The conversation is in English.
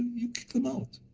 you kick them out.